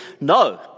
no